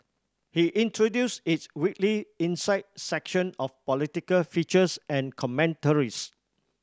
he introduced its weekly Insight section of political features and commentaries